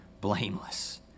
blameless